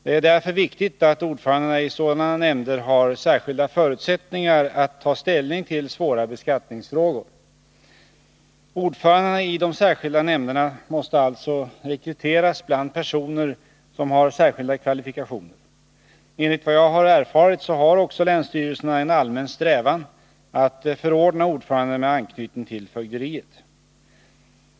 Det är därför viktigt att ordförandena i sådana nämnder har särskilda förutsättningar att ta ställning till svåra beskattningsfrågor. Ordförandena i de särskilda nämnderna måste alltså rekryteras bland personer som har särskilda kvalifikationer. Enligt vad jag har erfarit har också länsstyrelserna en allmän strävan att förordna ordförande med anknytning till fögderiet.